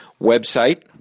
website